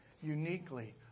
Uniquely